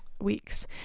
weeks